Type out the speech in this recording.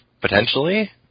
potentially